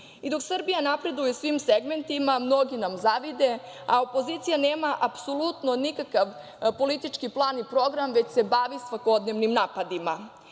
dok Srbija napreduje u svim segmentima, mnogi nam zavide, a opozicija nema apsolutno nikakav politički plan i program, već se bavi svakodnevnim napadima.